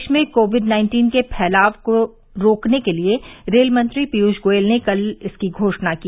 देश में COVID nineteen के फैलाव को रोकने के लिए रेल मंत्री पीयूष गोयल ने कल इसकी घोषणा की